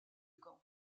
gand